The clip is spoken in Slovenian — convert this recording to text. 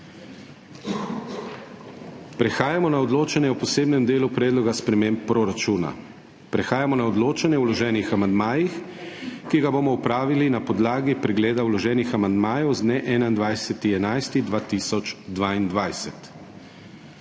Prehajamo na odločanje o posebnem delu Predloga sprememb proračuna. Prehajamo na odločanje o vloženih amandmajih, ki ga bomo opravili na podlagi pregleda vloženih amandmajev z dne 21. 11. 2022.